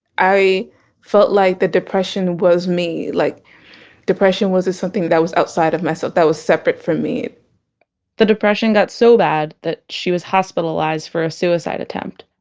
i felt like the depression was me. like depression wasn't something that was outside of myself that was separate from me the depression got so bad, that she was hospitalized for a suicide attempt.